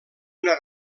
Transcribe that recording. una